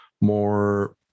more